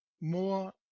more